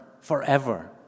forever